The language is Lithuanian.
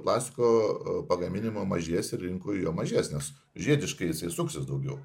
plastiko pagaminimo mažės ir rinkoj jo mažės nes žiediškai jisai suksis daugiau